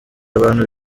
abantu